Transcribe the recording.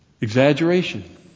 exaggeration